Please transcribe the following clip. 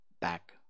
back